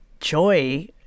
joy